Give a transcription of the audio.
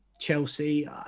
Chelsea